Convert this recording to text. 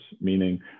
meaning